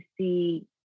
see